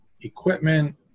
equipment